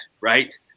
right